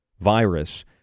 virus